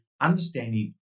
understanding